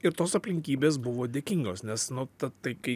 ir tos aplinkybės buvo dėkingos nes nu ta tai kai